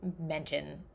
mention